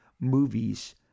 movies